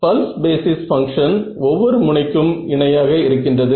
pulse basis function ஒவ்வொரு முனைக்கும் இணையாக இருக்கின்றது